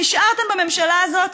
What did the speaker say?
שנשארתם בממשלה הזאת,